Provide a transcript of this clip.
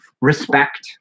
respect